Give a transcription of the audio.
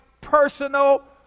personal